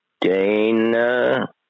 Dana